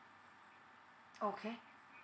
okay